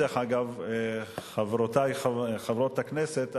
חברותי חברות הכנסת,